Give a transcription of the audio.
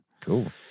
Cool